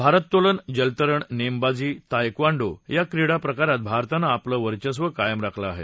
भारत्तोलन जलतरण नेमबाजी तायक्वान्डो या क्रीडा प्रकारात भरतानं आपलं वर्चस्व कायम राखलं आहे